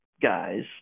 guys